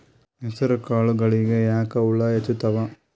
ಹೆಸರ ಕಾಳುಗಳಿಗಿ ಯಾಕ ಹುಳ ಹೆಚ್ಚಾತವ?